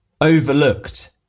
overlooked